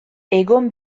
egon